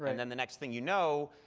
and then the next thing you know,